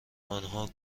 آنها